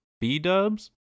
B-dubs